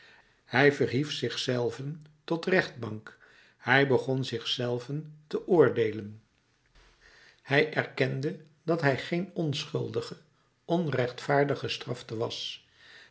hij verhief zich zelven tot rechtbank hij begon zich zelven te oordeelen hij erkende dat hij geen onschuldige onrechtvaardig gestrafte was